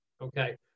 okay